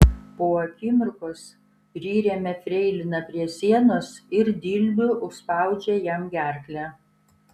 po akimirkos priremia freiliną prie sienos ir dilbiu užspaudžia jam gerklę